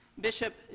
Bishop